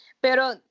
pero